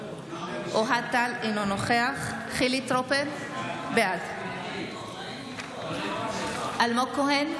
אינו נוכח חילי טרופר, בעד אלמוג כהן,